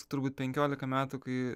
turbūt penkiolika metų kai